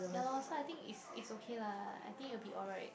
ya lor so I think it's it's okay lah I think it will be alright